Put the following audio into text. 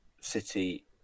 city